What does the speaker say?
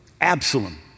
Absalom